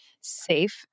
safe